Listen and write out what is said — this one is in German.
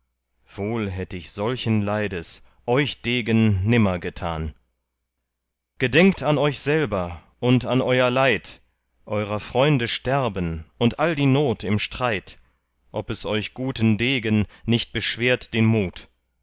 wohl hätt ich solchen leides euch degen nimmer getan gedenkt an euch selber und an euer leid eurer freunde sterben und all die not im streit ob es euch guten degen nicht beschwert den mut